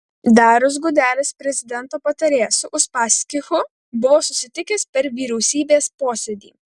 darius gudelis prezidento patarėjas su uspaskichu buvo susitikęs per vyriausybės posėdį